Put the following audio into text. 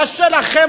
קשה לכם,